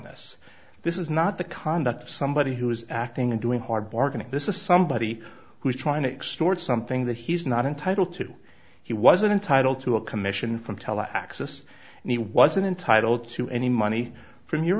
this this is not the conduct of somebody who is acting and doing hard bargaining this is somebody who is trying to extort something that he's not entitled to he wasn't entitled to a commission from tel access and he wasn't entitled to any money from your